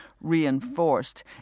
reinforced